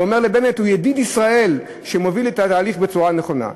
הוא אומר לבנט: הוא ידיד ישראל שמוביל את התהליך בצורה נכונה.